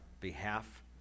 behalf